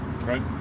Right